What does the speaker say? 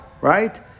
right